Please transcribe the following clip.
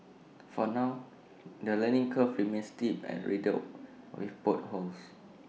for now the learning curve remains steep and riddled with potholes